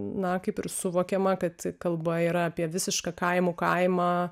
na kaip ir suvokiama kad kalba yra apie visišką kaimų kaimą